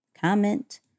comment